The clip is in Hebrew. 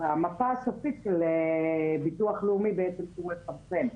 במפה הסופית, ביטוח לאומי בעצם שהוא מפרסם.